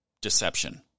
deception